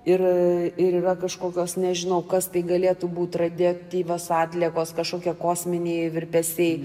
ir ir yra kažkokios nežinau kas tai galėtų būt radioaktyvios atliekos kažkokie kosminiai virpesiai